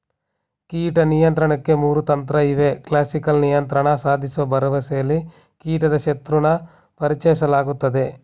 ಕೀಟ ನಿಯಂತ್ರಣಕ್ಕೆ ಮೂರು ತಂತ್ರಇವೆ ಕ್ಲಾಸಿಕಲ್ ನಿಯಂತ್ರಣ ಸಾಧಿಸೋ ಭರವಸೆಲಿ ಕೀಟದ ಶತ್ರುನ ಪರಿಚಯಿಸಲಾಗ್ತದೆ